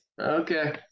okay